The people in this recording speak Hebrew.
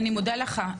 אני מודה לך.